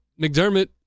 McDermott